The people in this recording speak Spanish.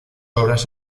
obras